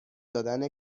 دادن